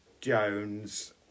Jones